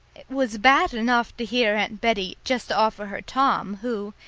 it was bad enough to hear aunt bettie just offer her tom, who,